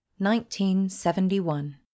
1971